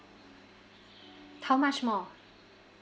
how much more